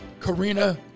Karina